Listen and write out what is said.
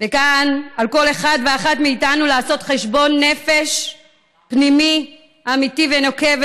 וכאן על כל אחד ואחת מאיתנו לעשות חשבון נפש פנימי אמיתי ונוקב,